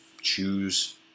choose